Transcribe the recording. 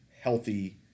healthy